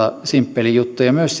simppeli juttu myös